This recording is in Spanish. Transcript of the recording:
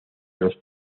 los